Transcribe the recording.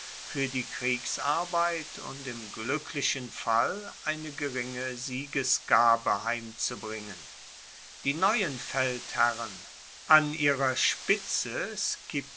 fuer die kriegsarbeit und im gluecklichen fall eine geringe siegesgabe heimzubringen die neuen feldherren an ihrer spitze